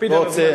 מקפיד על הזמנים.